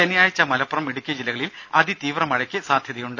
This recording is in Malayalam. ശനിയാഴ്ച മലപ്പുറം ഇടുക്കി ജില്ലകളിൽ അതിതീവ്ര മഴയ്ക്ക് സാധ്യതയുണ്ട്